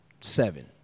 seven